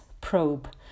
probe